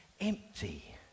empty